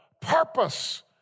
purpose